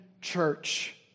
church